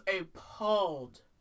appalled